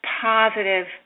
positive